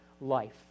life